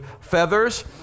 feathers